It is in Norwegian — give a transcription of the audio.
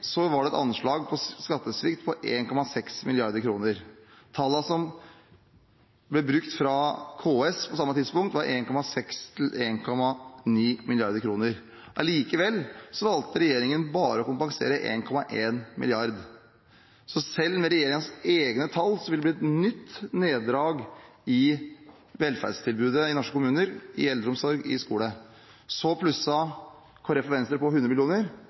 var det et anslag for skattesvikt på 1,6 mrd. kr. Tallene som ble brukt fra KS på samme tidspunkt, var 1,6 – 1,9 mrd. kr. Allikevel valgte regjeringen bare å kompensere 1,1 mrd. kr. Så selv med regjeringens egne tall ville det bli et nytt neddrag i velferdstilbudet i norske kommuner, i eldreomsorg, i skole. Så plusset Kristelig Folkeparti og Venstre på 100